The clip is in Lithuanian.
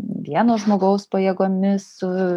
vieno žmogaus pajėgomis su